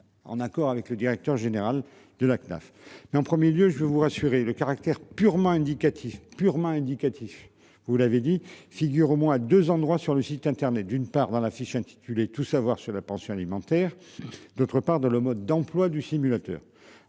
en accord avec le directeur général de la CNAF et en 1er lieu, je vais vous rassurer le caractère purement indicatif purement indicatif. Vous l'avez dit figure au moins à deux endroits sur le site internet d'une part dans la fiche intitulé tout savoir sur la pension alimentaire. D'autre part, dans le mode d'emploi du simulateur.